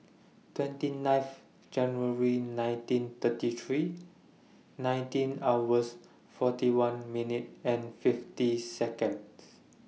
twenty ninth January nineteen thirty three nineteen hours forty one minutes and fifty Seconds